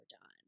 done